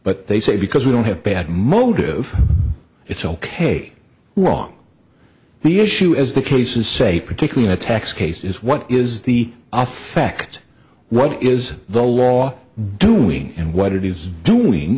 but they say because we don't have bad motive it's ok wrong the issue as the cases say particularly the tax case is what is the effect what is the law doing and what it is doing